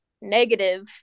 negative